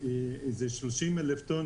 איזה 30,000 טון,